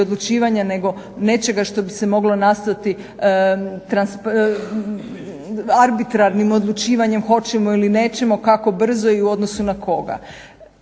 nego nečega što bi se moglo nastojati arbitrarnim odlučivanjem hoćemo ili nećemo, kako brzo i u odnosu na koga.